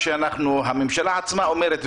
הממשלה עצמה אומרת,